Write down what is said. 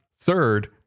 third